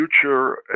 future